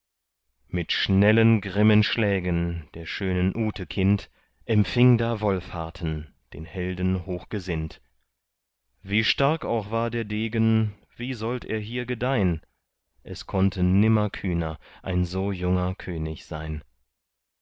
mit schnellen grimmen schlägen der schönen ute kind empfing da wolfharten den helden hochgesinnt wie stark auch war der degen wie sollt er hier gedeihn es konnte nimmer kühner ein so junger könig sein